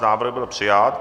Návrh byl přijat.